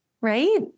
Right